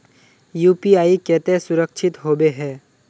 UPI केते सुरक्षित होबे है?